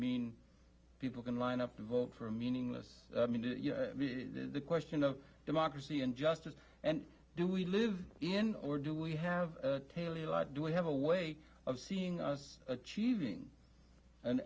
mean people can line up to vote for meaningless the question of democracy and justice and do we live in or do we have a lot do we have a way of seeing us achieving an